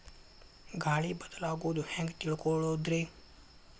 ಗಾಳಿ ಬದಲಾಗೊದು ಹ್ಯಾಂಗ್ ತಿಳ್ಕೋಳೊದ್ರೇ?